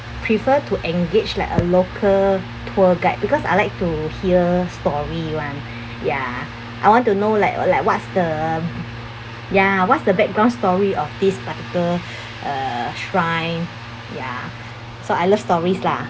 refer to engage like a local tour guide because I like to hear story [one] ya I want to know like what like what's the ya ah what's the background story of this particular uh shrine ya so I love stories lah ya